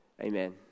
Amen